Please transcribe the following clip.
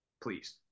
please